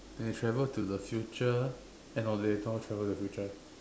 then they travel to the future eh no they don't travel to the future